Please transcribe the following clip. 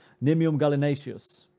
nimium gallinaceus.